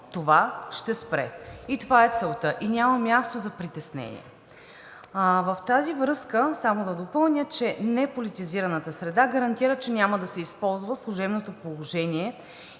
това ще спре и това е целта, и няма място за притеснение. В тази връзка само да допълня, че неполитизираната среда гарантира, че няма да се използва служебното положение